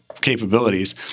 capabilities